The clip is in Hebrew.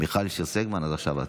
מיכל שיר סגמן, עכשיו את,